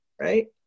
right